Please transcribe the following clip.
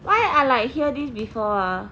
why I like hear this before ah